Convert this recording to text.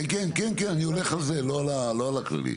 כן כן אני הולך רק על זה, לא על הכללי.